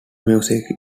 music